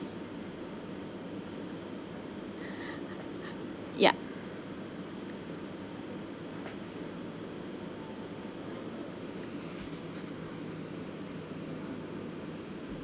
ya